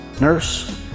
Nurse